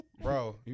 Bro